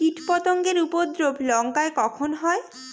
কীটপতেঙ্গর উপদ্রব লঙ্কায় কখন হয়?